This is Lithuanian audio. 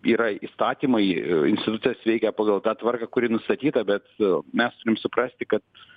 yra įstatymai institucijos veikia pagal tą tvarką kuri nustatyta bet mes turim suprasti kad